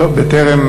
בטרם